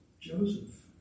Joseph